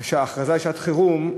של ההכרזה על שעת-חירום,